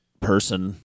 person